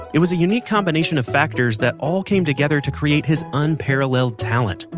it was a unique combination of factors that all came together to create his unparalleled talent.